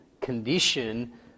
condition